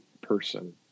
person